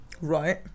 Right